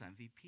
MVP